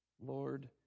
Lord